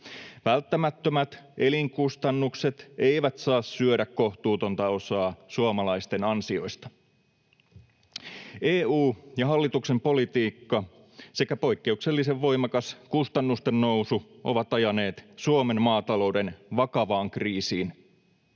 Välttämättömät elinkustannukset eivät saa syödä kohtuutonta osaa suomalaisten ansioista. EU ja hallituksen politiikka sekä poikkeuksellisen voimakas kustannusten nousu ovat ajaneet Suomen maatalouden vakavaan kriisiin.